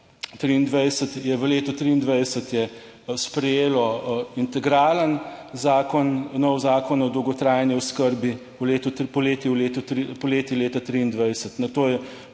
v letu 2023, je sprejelo integralen zakon, nov Zakon o dolgotrajni oskrbi, poleti, v